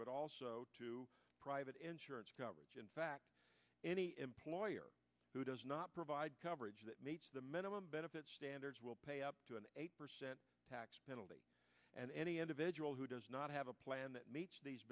but also to private insurance coverage in fact any employer who does not provide coverage that meets the minimum benefit standards will pay up to an eight percent tax penalty and any individual who does not have a plan